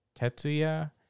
Tetsuya